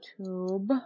YouTube